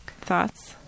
thoughts